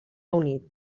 unit